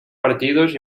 partidos